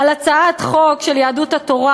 להצביע על הצעת חוק של יהדות התורה,